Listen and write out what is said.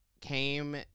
came